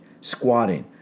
squatting